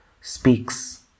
speaks